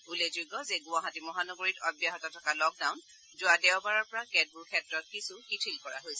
উল্লেখযোগ্য যে গুৱাহাটী মহানগৰীত অব্যাহত থকা লক ডাউন যোৱা দেওবাৰৰ পৰা কেতবোৰ ক্ষেত্ৰত কিছু শিথিল কৰা হৈছে